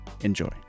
enjoy